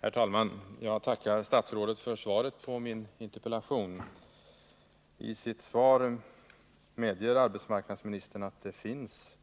Herr talman! Jag tackar statsrådet för svaret på min interpellation. I sitt svar medger arbetsmarknadsministern att det finns